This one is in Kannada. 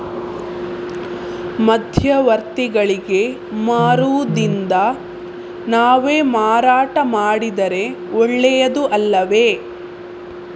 ಮಧ್ಯವರ್ತಿಗಳಿಗೆ ಮಾರುವುದಿಂದ ನಾವೇ ಮಾರಾಟ ಮಾಡಿದರೆ ಒಳ್ಳೆಯದು ಅಲ್ಲವೇ?